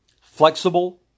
flexible